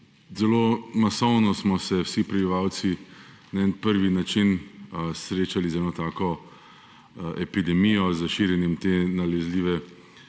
zelo masovno smo se vsi prebivalci na prvi način srečali z eno tako epidemijo, s širjenjem te nalezljive